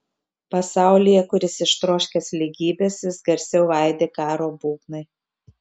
pasaulyje kuris ištroškęs lygybės vis garsiau aidi karo būgnai